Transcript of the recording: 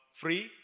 free